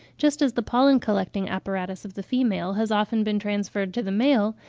just as the pollen-collecting apparatus of the female has often been transferred to the male,